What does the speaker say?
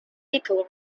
little